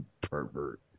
Pervert